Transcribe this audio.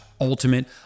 ultimate